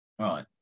Right